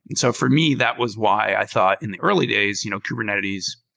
and so for me, that was why i thought in the early days you know kubernetes,